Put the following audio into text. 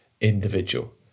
individual